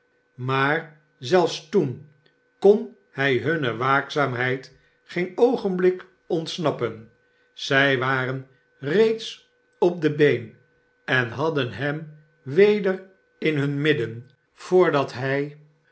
maar zelfs toen kon hij hunne waakzaamheid geen oogenblik ontsnappen zij waren reeds op de been en hadden hem weder in hun midden voordat barnaby rudge hij